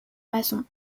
maçon